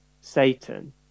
Satan